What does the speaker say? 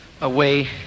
away